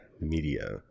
media